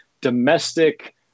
domestic